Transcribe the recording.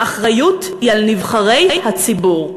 האחריות היא על נבחרי הציבור.